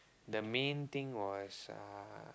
the main thing was uh